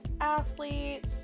athlete